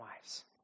wives